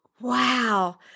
Wow